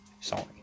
Sorry